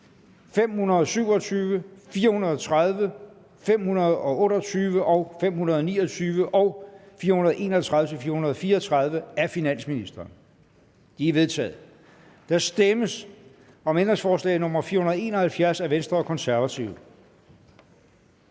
527, 430, 528 og 529 og 431-434 af finansministeren? De er vedtaget. Der stemmes om ændringsforslag nr. 471 af Venstre og Det Konservative